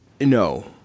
No